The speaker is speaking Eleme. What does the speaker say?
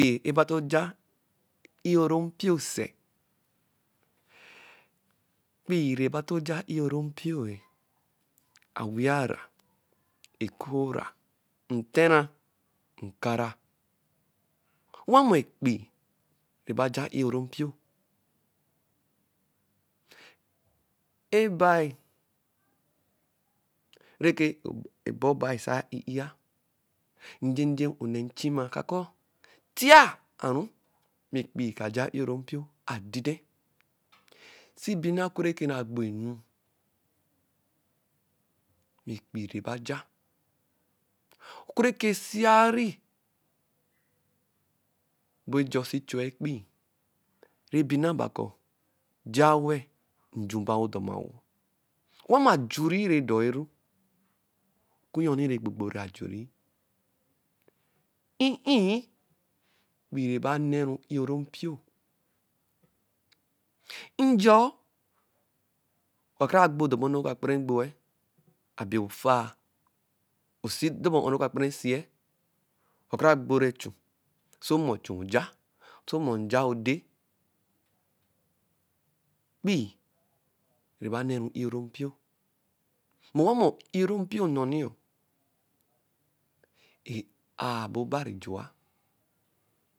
Kpii ɛbaba to-o ja i-o-ro mpio sɛ? Ekpii rɛ baba ja i-o-ro mpio-e. Awia ra, ekoo ra, ntẹ ra. nka-ra. Wa mɔ ɛkpii nɛba ja i-o-ro mpio Ebai nɛkɛ ɔbɔ bai sa i-i-a, njɛjɛ onɛ nchima ka, kɔ ti-a. a-ru mɛ ekpii ka ja i-o-ro mpio. adi-de sibina oku rɛ na’a gbo enu, mɛ ekpii rɛ ba ja. Oku rɛ si-ari ɔbɔ ejor sɛ chua ekpii, rɛ binaba kɔ ja-a wɛ, nju baa dɔma. wɔ? Owa mɔ ajuri rɛ doiru, oku ayoni nɛ gbogbori asjuri. I-i, ekpii nɛba nɛru i-o-ro mpio, njɔ-ɔ oka kara gba dɔbɔ enu nɛ oka kpara ɛgbo-e gbɛ ofaa, osi dɔbɔ o-o nɛ oka kpara esie. Oka kara gbora echu; sɛ ɔmɔ echu. oja sɛ ɔmɔ nja, odɛ. Ekpii nɛ ba neru i-o-ro mpio. Mɛ, owamɔ i-o-ro mpio nnɔni-o, e-aa bɔ obari jua.